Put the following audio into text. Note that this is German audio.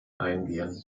eingehen